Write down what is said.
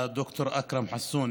הד"ר אכרם חסון,